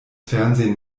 fernsehen